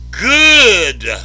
Good